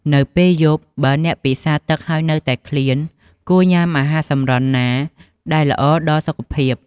នៅពេលយប់បើអ្នកពិសារទឹកហើយនៅតែឃ្លាន គួរញុំាអាហារសម្រន់ណាដែលល្អដល់សុខភាព។